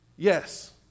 Yes